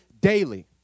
daily